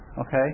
okay